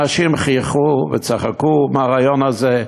אנשים חייכו וצחקו מהרעיון הזה,